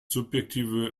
subjektive